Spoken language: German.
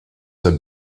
der